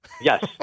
Yes